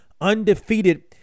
undefeated